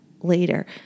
later